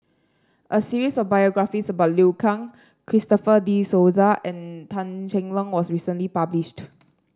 a series of biographies about Liu Kang Christopher De Souza and Tan Cheng Lock was recently published